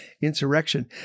insurrection